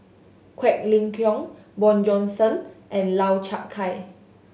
Quek Ling Kiong Bjorn Shen and Lau Chiap Khai